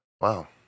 Wow